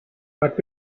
but